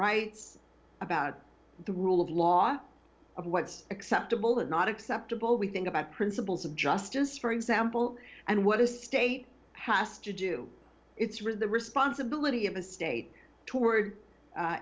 rights about the rule of law of what's acceptable and not acceptable we think about principles of justice for example and what a state has to do it's really the responsibility of a state toward